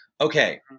okay